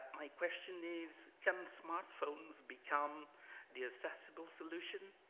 my question is can smartphones become the accessible solution?